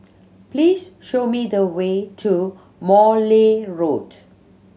please show me the way to Morley Road